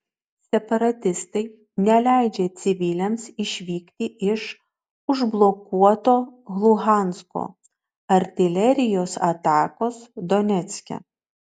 separatistai neleidžia civiliams išvykti iš užblokuoto luhansko artilerijos atakos donecke